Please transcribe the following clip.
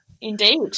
Indeed